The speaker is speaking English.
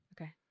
Okay